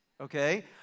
Okay